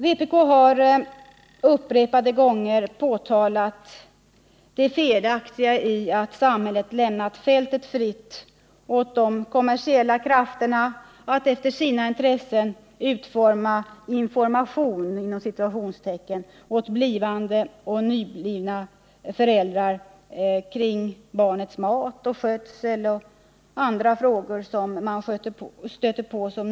Vpk har upprepade gånger påtalat det felaktiga i att samhället lämnat fältet fritt åt de kommersiella krafterna att efter sina intressen utforma ”information” åt blivande och nyblivna föräldrar om barnets mat, skötsel och andra frågor som dessa stöter på.